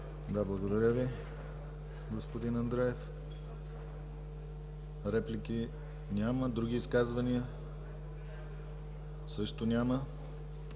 Благодаря Ви, господин Андреев. Реплики? Няма. Други изказвания? Също няма.